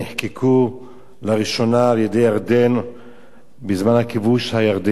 לראשונה על-ידי ירדן בזמן הכיבוש הירדני ביהודה ושומרון